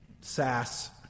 sass